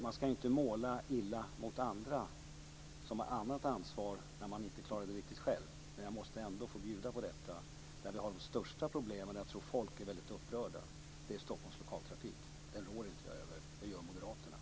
Man ska inte kritisera andra som har annat ansvar när man inte vet hur man skulle ha klarat det själv, men jag måste ändå få säga detta: De största problemen - som folk är väldigt upprörda över - finns i Stockholms lokaltrafik. Den rår inte jag över, men det gör Moderaterna.